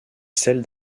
celle